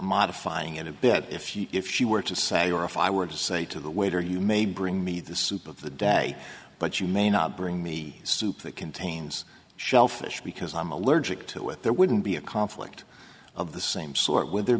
modifying it a bit if she if she were to sally or if i were to say to the waiter you may bring me the soup of the day but you may not bring me soup that contains shellfish because i'm allergic to it there wouldn't be a conflict of the same sort with ther